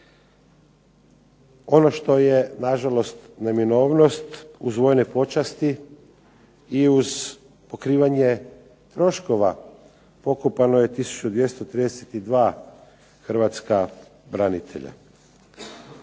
Ono što je nažalost neminovnost uz vojne počasti i uz pokrivanje troškova pokopano je tisuću 232 Hrvatska branitelja.